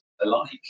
alike